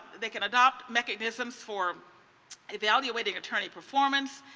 they can adopt mechanisms for evaluating attorney performance.